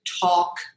talk